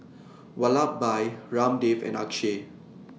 Vallabhbhai Ramdev and Akshay